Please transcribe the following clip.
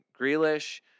Grealish